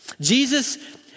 Jesus